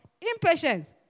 impatience